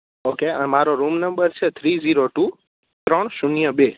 okay મારો room number છે three zero two ત્રણ શૂન્ય બે